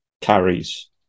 carries